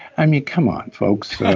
um yeah come on folks.